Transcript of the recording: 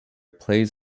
plays